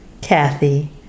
Kathy